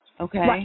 Okay